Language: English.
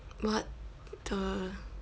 what the